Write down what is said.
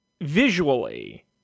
visually